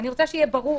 אני רוצה שיהיה ברור